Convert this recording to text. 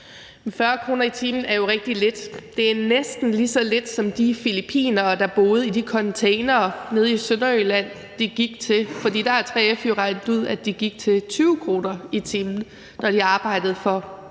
40 kr. i timen er jo rigtig lidt. Det er næsten lige så lidt, som de filippinere, der boede i de containere nede i Sønderjylland, gik til, for der har 3F jo regnet ud, at de gik til 20 kr. i timen, når de arbejdede for